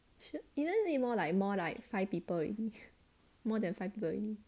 should isn't really more like more like five people already more than five people already